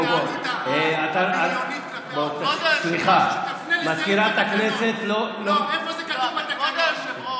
כלפי, סליחה, מזכירת הכנסת, איפה זה כתוב בתקנון?